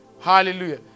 Hallelujah